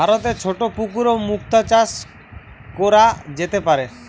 ভারতে ছোট পুকুরেও মুক্তা চাষ কোরা যেতে পারে